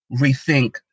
rethink